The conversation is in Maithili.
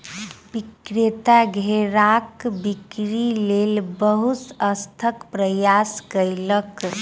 विक्रेता घेराक बिक्री लेल बहुत अथक प्रयास कयलक